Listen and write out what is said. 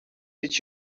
did